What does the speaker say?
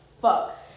fuck